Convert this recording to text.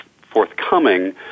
forthcoming